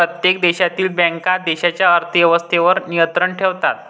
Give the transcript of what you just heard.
प्रत्येक देशातील बँका देशाच्या अर्थ व्यवस्थेवर नियंत्रण ठेवतात